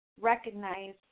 Recognize